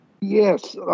Yes